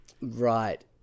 Right